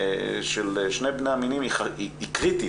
של שני בני המינים היא קריטית,